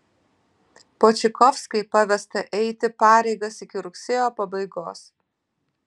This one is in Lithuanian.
počikovskai pavesta eiti pareigas iki rugsėjo pabaigos